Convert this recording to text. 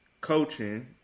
coaching